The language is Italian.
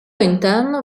interno